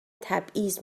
تبعیض